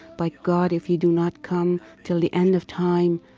but god, if you do not come till the end of time,